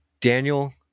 Daniel